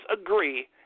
agree